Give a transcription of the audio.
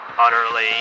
Utterly